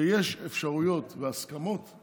כשיש אפשרויות והסכמות,